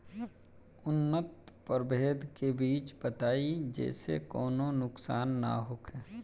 उन्नत प्रभेद के बीज बताई जेसे कौनो नुकसान न होखे?